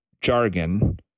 jargon